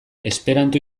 esperanto